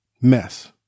mess